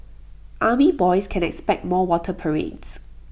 army boys can expect more water parades